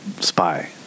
Spy